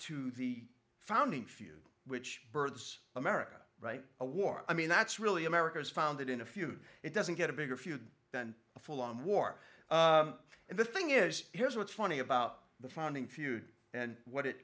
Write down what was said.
to the founding few which birds america right a war i mean that's really america is founded in a feud it doesn't get a bigger feud than a full on war and the thing is here's what's funny about the founding feud and what it